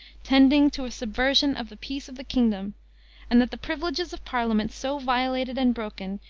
tending to a subversion of the peace of the kingdom and that the privileges of parliament, so violated and broken,